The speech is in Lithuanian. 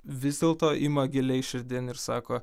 vis dėlto ima giliai širdin ir sako